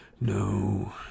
no